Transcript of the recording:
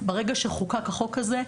ברגע שחוקק החוק הזה,